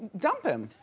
dump him.